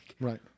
right